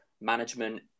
management